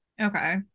Okay